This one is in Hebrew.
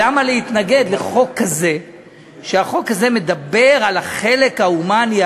למה להתנגד לחוק כזה כשהוא מדבר על החלק ההומני,